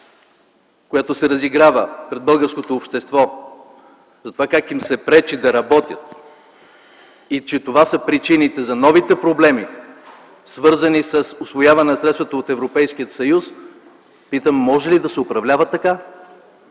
която се разиграва пред българското общество, за това как им се пречи да работят и че това са причините за новите проблеми, свързани с усвояване на средствата от Европейския съюз, питам: може ли да се управлява така?!